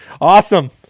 Awesome